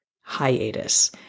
hiatus